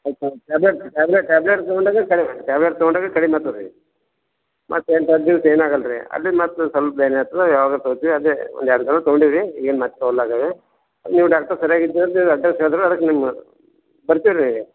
tablet tablet tablet ತೊಗೊಂಡಾಗ ಕಡಿಮೆ ಆಗತ್ತೆ ಟ್ಯಾಬ್ಲೆಟ್ ತೊಗೊಂಡಾಗ ಕಡಿಮೆ ಆಗ್ತದ್ ರೀ ಮತ್ತೆ ಎಂಟು ಹತ್ತು ದಿವ್ಸ ಏನು ಆಗಲ್ಲ ರೀ ಅಲ್ಲಿಗೆ ಮತ್ತೆ ಸೊಲ್ಪ ಬ್ಯಾನೆ ಆತದ ತಗೋತಿವಿ ಅದೇ ಒಂದು ಎರಡು ಸಲ ತಗೊಂಡೀವಿ ರೀ ಈಗೇನು ಮತ್ತೆ ತೊಗೊಳ್ಳಾಗೇವಿ ನೀವು ಡಾಕ್ಟ್ರ್ ಸರ್ಯಾಗಿ ಇದ್ದಿರಿ ಅಂತ ಹೇಳಿ ಅಡ್ರಸ್ ಹೇಳ್ದರು ಅದಕ್ಕೆ ನಿಮ್ಮ ಬರ್ತೇವೆ ರೀ